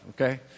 okay